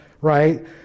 right